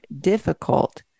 difficult